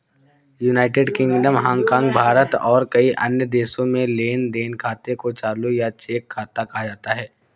United Kingdom, Hong Kong, Bharat और कई अन्य देशों में लेन देन खाते को चालू या चेक खाता कहा जाता है